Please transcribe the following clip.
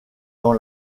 dans